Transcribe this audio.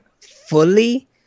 fully